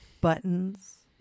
buttons